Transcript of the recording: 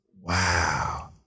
Wow